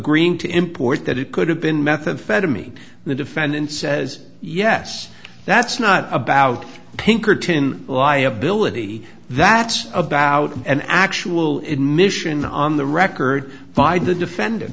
greeing to import that it could have been methamphetamine the defendant says yes that's not about pinkerton liability that's about an actual ignition on the record by the defendant